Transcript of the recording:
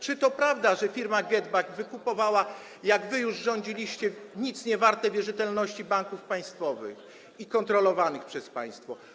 Czy to prawda, że firma GetBack wykupowała, jak wy już rządziliście, nic niewarte wierzytelności banków państwowych i kontrolowanych przez państwo?